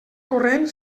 corrent